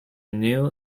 new